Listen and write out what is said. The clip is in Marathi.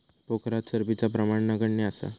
पोखरात चरबीचा प्रमाण नगण्य असा